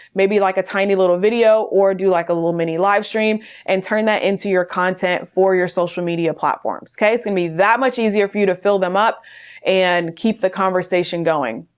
maybe like a tiny little video or do like a little mini live stream and turn that into your content for your social media platforms. okay. it's gonna be that much easier for you to fill them up and keep the conversation going.